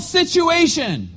situation